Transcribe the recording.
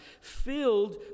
filled